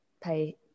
pay